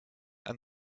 and